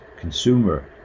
consumer